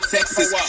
Texas